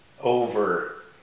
over